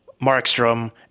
Markstrom